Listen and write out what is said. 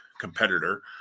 competitor